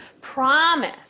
promise